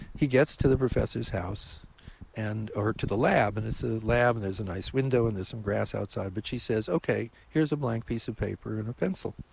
he gets to the professor's house or to the lab. and it's a lab, and there's a nice window. and there's some grass outside, but she says, okay, here's a blank piece of paper and a pencil.